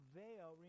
veil